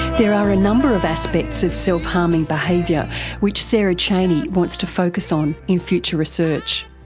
there are a number of aspects of self-harming behaviour which sarah chaney wants to focus on in future research.